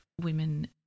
women